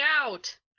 out